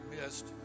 missed